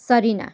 Sarina